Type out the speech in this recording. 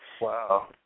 Wow